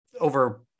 over